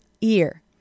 ear